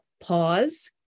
pause